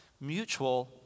mutual